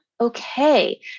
okay